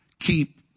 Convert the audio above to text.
Keep